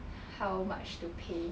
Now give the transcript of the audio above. how much to pay